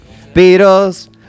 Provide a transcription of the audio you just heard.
Beatles